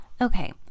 okay